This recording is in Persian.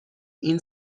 این